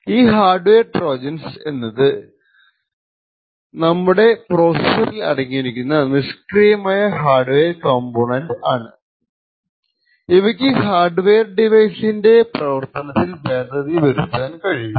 ഈ hardware Trojans എന്ന് പറയുന്നത് നമ്മുടെ പ്രോസസ്സറിൽ അടങ്ങിയിരിക്കുന്ന നിഷ്ക്രിയമായ ഹാർഡ് വെയർ കംപോണന്റ് ആണ് ഇവയ്ക്ക് ഹാർഡ് വെയർ ഡിവൈസിൻറെ പ്രവർത്തനത്തിൽ ഭേദഗതി വരുത്താൻ കഴിയും